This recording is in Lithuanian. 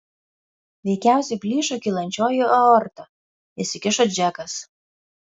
veikiausiai plyšo kylančioji aorta įsikišo džekas